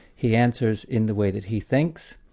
he answers in the way that he thinks,